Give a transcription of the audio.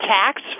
tax